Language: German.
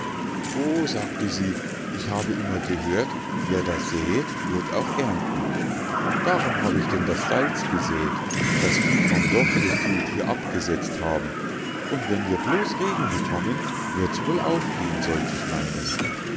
o sagte sie ich habe immer gehört wer da säet wird auch ernten darum hab ich denn das salz gesä't das die vom dovrefjeld hier abgesetzt haben und wenn wir bloß regen bekommen wird's wohl aufgehen sollt ich meinen